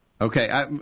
okay